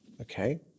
Okay